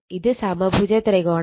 ഇത് സമഭുജ ത്രികോണം ആണ്